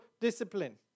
discipline